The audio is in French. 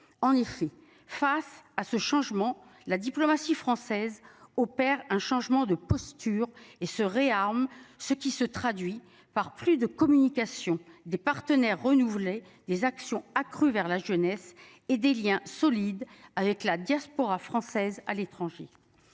en effet face à ce changement. La diplomatie française opère un changement de posture et se réarme ce qui se traduit par plus de communication des partenaires renouveler des actions accrue vers la jeunesse et des Liens solides avec la diaspora française à l'étranger.